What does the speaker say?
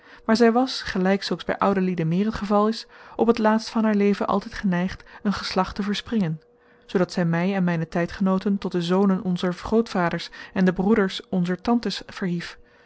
maar zij was gelijk zulks bij oude lieden meer het geval is op het laatst van haar leven altijd geneigd een geslacht te verspringen zoodat zij mij en mijne tijdgenooten tot de zonen onzer grootvaders en de broeders onzer tantes verhief